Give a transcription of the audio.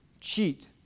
cheat